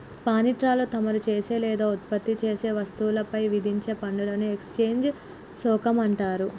పాన్ట్రీలో తమరు చేసే లేదా ఉత్పత్తి చేసే వస్తువులపై విధించే పనులను ఎక్స్చేంజ్ సుంకం అంటారు